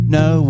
no